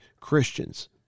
Christians